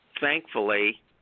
thankfully –